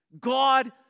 God